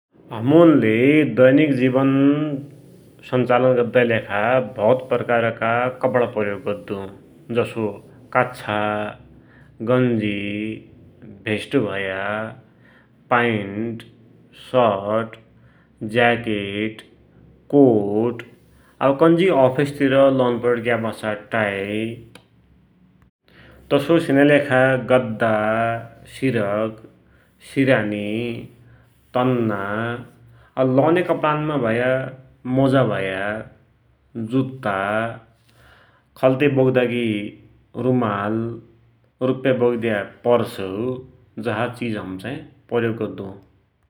हमुनले दैनिक जीवन संचालन गद्दाकी लेखा भौत प्रकारका कपडा प्रयोग गद्दु, जसो काच्छा, गन्जी, भेष्ट भया, पाइन्ट, सर्ट, ज्याकेट, कोट, आव कन्ज्या अफिसुन तिर लौन पडिग्या टाई, तसोइ सिनाकि लेखा गद्दा, सिरक, सिरानी, तन्ना ?जभकष्तबतष्यलश्र लौन्या कपडानमा भया मोजा भया, जुत्ता, खल्ती बोक्दाकी रुमाल, रुप्या बोक्द्या पर्स जसा चिज हम चाहि प्रयोग गद्दु ।